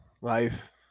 life